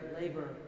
labor